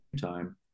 time